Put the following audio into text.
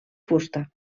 fusta